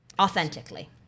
authentically